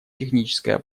техническая